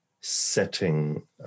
setting